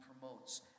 promotes